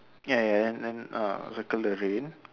ya ya then then uh circle the rain